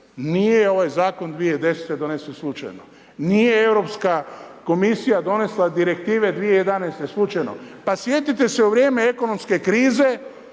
Nije ovaj Zakon 2010. donesen slučajno, nije EK donesla direktive 2011. slučajno. Pa sjetite se u vrijeme ekonomske krize